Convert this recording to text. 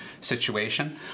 situation